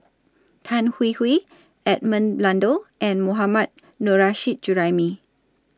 Tan Hwee Hwee Edmund Blundell and Mohammad Nurrasyid Juraimi